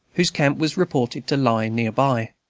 whose camp was reported to lie near by.